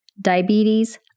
diabetes